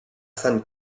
san